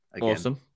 Awesome